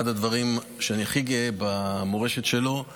אחד הדברים שאני הכי גאה בהם במורשת שלו הוא